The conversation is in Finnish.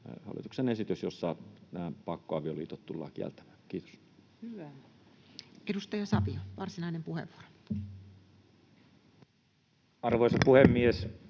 hallituksen esitys, jossa nämä pakkoavioliitot tullaan kieltämään. — Kiitos. Edustaja Savio, varsinainen puheenvuoro. Arvoisa puhemies!